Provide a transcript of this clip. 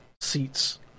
seats